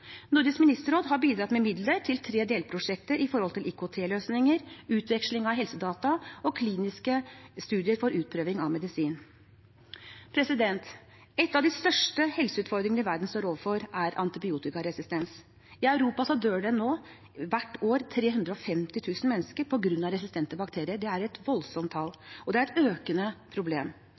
Nordisk ministerråd har bidratt med midler til tre delprosjekter om IKT-løsninger, utveksling av helsedata og kliniske studier for utprøving av medisin. En av de største helseutfordringene verden står overfor, er antibiotikaresistens. I Europa dør det nå hvert år 350 000 mennesker på grunn av resistente bakterier. Det er et voldsomt tall, og det er et økende problem.